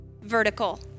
vertical